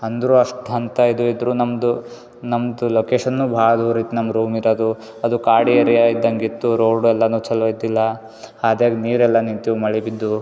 ಅಂದರು ಅಷ್ಟು ಅಂತ ಇದಿದ್ದರು ನಮ್ಮದು ನಮ್ಮದು ಲೊಕೇಶನ್ನು ಭಾಳ ದೂರ ಇತ್ತು ನಮ್ಮ ರೂಮಿರೋದು ಅದು ಕಾಡು ಏರಿಯ ಇದ್ದಂಗಿತ್ತು ರೋಡ್ ಎಲ್ಲ ಚಲೊ ಇದ್ದಿಲ್ಲ ಹಾದಿಯಾಗ್ ನೀರೆಲ್ಲ ನಿಂತು ಮಳೆ ಬಿದ್ದು